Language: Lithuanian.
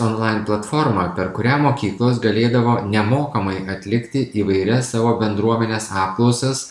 online platforma per kurią mokyklos galėdavo nemokamai atlikti įvairias savo bendruomenės apklausas